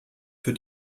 für